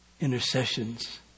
intercessions